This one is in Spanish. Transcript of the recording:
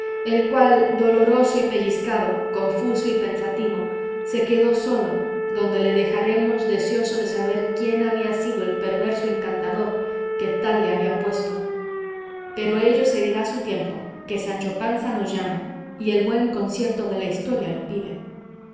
el cual doloroso y pellizcado confuso y pensativo se quedó solo donde le dejaremos deseoso de saber quién había sido el perverso encantador que tal le había puesto pero ello se dirá a su tiempo que sancho panza nos llama y el buen concierto de la historia lo pide